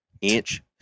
inch